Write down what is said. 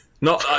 no